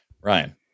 Ryan